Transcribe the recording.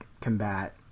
combat